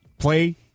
Play